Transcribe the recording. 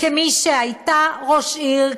כמי שהייתה ראש עיר,